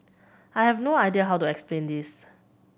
I have no idea how to explain this